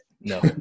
no